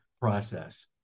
process